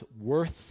worth